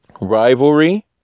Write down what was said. Rivalry